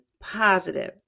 positive